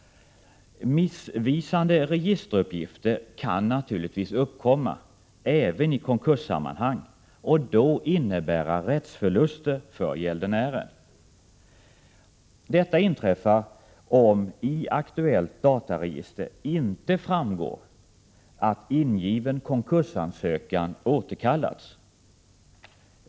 Missvisande registeruppgifter kan naturligtvis uppkomma även i konkurssammanhang och innebär då rättsförluster för gäldenären. Detta inträffar om det i aktuellt dataregister inte framgår att ingiven konkursansökan återkallats.